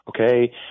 okay